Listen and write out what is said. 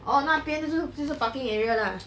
orh 那边就是就是 parking area lah